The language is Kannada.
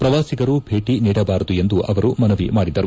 ಪ್ರವಾಸಿಗರು ಭೇಟಿ ನೀಡಬಾರದು ಎಂದು ಅವರು ಮನವಿ ಮಾಡಿದರು